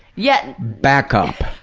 yeah back up.